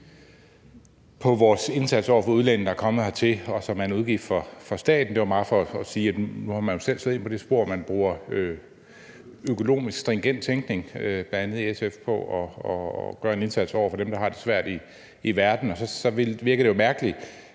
på vores indsats over for udlændinge, der er kommet hertil, og som er en udgift for staten. Det var bare for at sige, at nu er man jo selv slået ind på det spor, at man bruger økonomisk stringent tænkning bl.a. i SF for at gøre en indsats over for dem, der har det svært i verden. Så virker det jo mærkeligt,